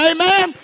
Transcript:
Amen